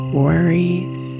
worries